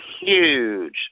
huge